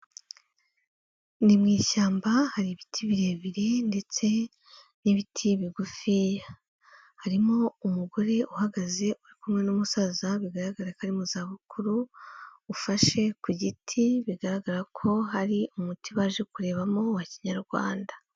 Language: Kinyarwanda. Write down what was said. Ni mu ishyamba hari ibiti birebire ndetse n'ibiti bigufiya. Harimo umugore uhagaze uri kumwe n'umusaza bigaragara ko mu za bukuru, ufashe ku giti, bigaragara ko hari umuti baje kurebamo wa kinyarwanda.